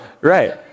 Right